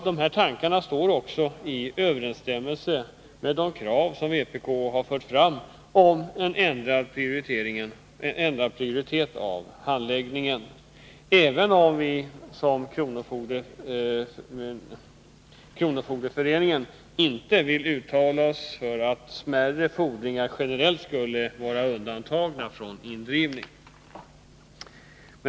Dessa tankar står också i överensstämmelse med vpk:s krav på en ändrad prioritet vid handläggningen, även om vi inte, som Kronofogdeföreningen gör, vill uttala att smärre fordringar generellt skulle vara undantagna från indrivning.